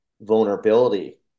vulnerability